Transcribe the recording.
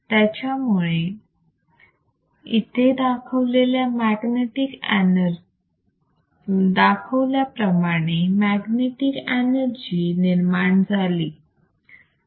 त्यामुळेच इथे दाखवल्याप्रमाणे मॅग्नेटिक एनर्जी निर्माण झाली